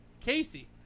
Casey